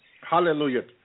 Hallelujah